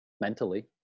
mentally